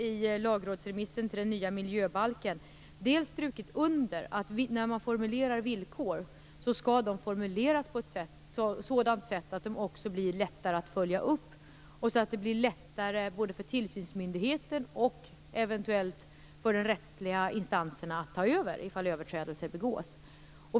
I lagrådsremissen om den nya miljöbalken understryker vi att villkor skall formuleras så, att de blir lättare att följa upp för tillsynsmyndigheten och så, att det blir lättare för den rättsliga instansen att ta över, om överträdelse begås.